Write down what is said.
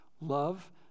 Love